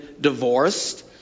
divorced